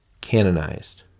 canonized